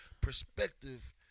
perspective